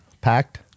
packed